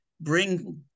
bring